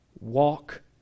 walk